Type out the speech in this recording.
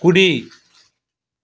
కుడి